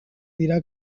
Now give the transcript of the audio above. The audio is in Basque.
dira